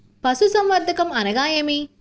పశుసంవర్ధకం అనగా ఏమి?